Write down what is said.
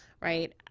right